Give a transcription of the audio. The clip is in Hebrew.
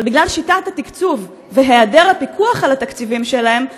אבל בגלל שיטת התקצוב והיעדר פיקוח על התקציבים שלהם,